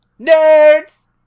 nerds